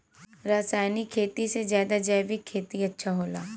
रासायनिक खेती से ज्यादा जैविक खेती अच्छा होला